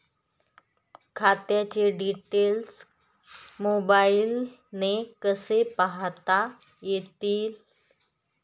खात्याचे डिटेल्स मोबाईलने कसे पाहता येतील?